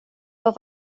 vad